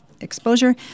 exposure